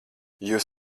jūs